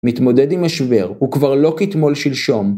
מתמודד עם משבר הוא כבר לא כתמול שלשום